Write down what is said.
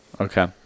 Okay